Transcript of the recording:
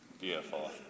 Beautiful